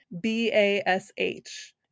B-A-S-H